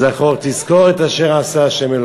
זָכֹר תִּזְכֹּר את אשר עשה ה'".